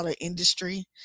industry